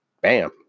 bam